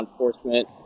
enforcement